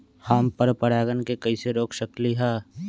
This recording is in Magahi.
हम पर परागण के कैसे रोक सकली ह?